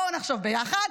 בואו נחשוב ביחד.